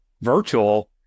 virtual